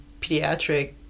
pediatric